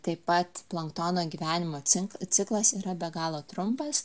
taip pat planktono gyvenimo cin ciklas yra be galo trumpas